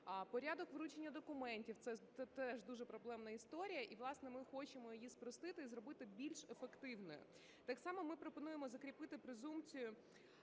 Порядок вручення документів – це теж дуже проблемна історія. І, власне, ми хочемо її спростити і зробити більш ефективною. Так само ми пропонуємо закріпити презумпцію